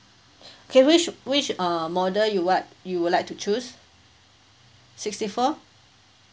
K which which uh model you want you would like to choose sixty four